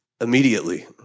immediately